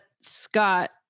scott